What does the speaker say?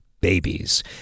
babies